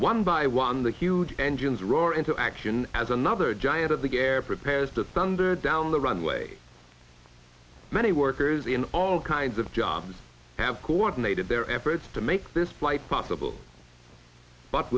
one by one the huge engines roar into action as another giant of the air prepares to thunder down the runway many workers in all kinds of jobs have coordinated their efforts to make this flight possible but